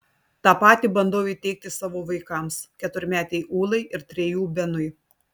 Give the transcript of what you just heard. tą patį bandau įteigti savo vaikams keturmetei ūlai ir trejų benui